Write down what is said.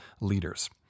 leaders